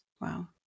Wow